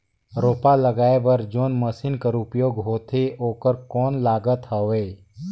रोपा लगाय बर जोन मशीन कर उपयोग होथे ओकर कौन लागत हवय?